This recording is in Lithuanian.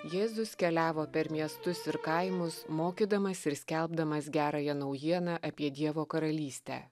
jėzus keliavo per miestus ir kaimus mokydamas ir skelbdamas gerąją naujieną apie dievo karalystę